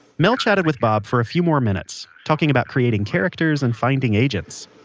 mel chatted with bob for a few more minutes, talking about creating characters and finding agents